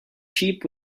sheep